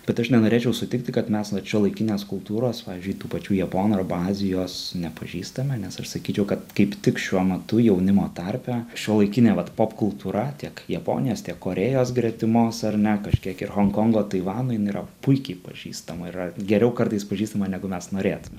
bet aš nenorėčiau sutikti kad mes vat šiuolaikinės kultūros pavyzdžiui tų pačių japonų arba azijos nepažįstame nes aš sakyčiau kad kaip tik šiuo metu jaunimo tarpe šiuolaikinė vat popkultūra tiek japonijos tiek korėjos gretimos ar ne kažkiek ir honkongo taivano jin yra puikiai pažįstama yra geriau kartais pažįstama negu mes norėtume